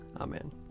Amen